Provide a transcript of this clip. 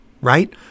right